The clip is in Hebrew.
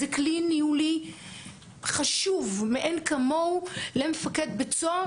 זה כלי ניהולי חשוב מאין כמוהו למפקד בית סוהר,